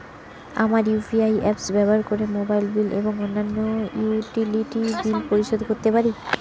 আমরা UPI apps ব্যবহার করে মোবাইল বিল এবং অন্যান্য ইউটিলিটি বিল পরিশোধ করতে পারি